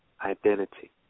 identity